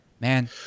Man